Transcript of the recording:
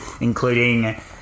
including